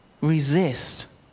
resist